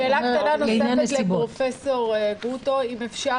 שאלה קטנה נוספת לפרופ' גרוטו, אם אפשר.